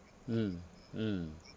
mm mm